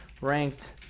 ranked